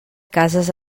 cases